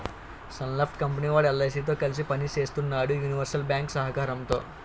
Sun Life company వోడు ఎల్.ఐ.సి తో కలిసి పని సేత్తన్నాడు యూనివర్సల్ బ్యేంకు సహకారంతో